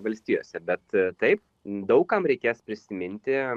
valstijose bet taip daug kam reikės prisiminti